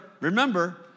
Remember